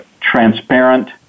transparent